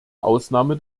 ausnahme